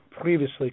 previously